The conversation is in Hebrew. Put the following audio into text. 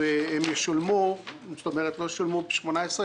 לא שולמו ב-18',